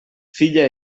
filla